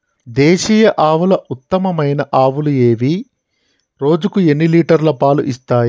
దేశీయ ఆవుల ఉత్తమమైన ఆవులు ఏవి? రోజుకు ఎన్ని లీటర్ల పాలు ఇస్తాయి?